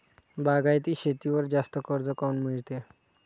बागायती शेतीवर जास्त कर्ज काऊन मिळते?